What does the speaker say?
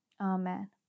amen